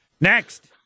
Next